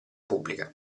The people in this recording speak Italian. pubblica